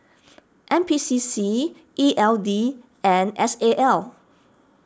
N P C C E L D and S A L